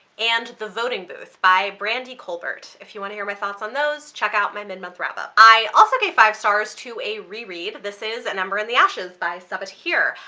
and the voting booth by brandy colbert. if you want to hear my thoughts on those check out my mid-month wrap up. i also gave five stars to a reread. this is an ember in the ashes by sabaa tahir.